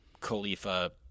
Khalifa